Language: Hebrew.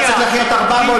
תבדוק,